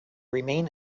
remain